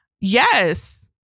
Yes